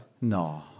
No